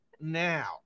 now